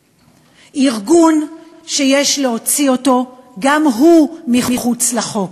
ארגון שיש להוציא גם אותו אל מחוץ לחוק.